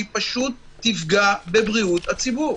שהיא פשוט תפגע בבריאות הציבור.